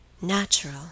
natural